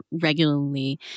regularly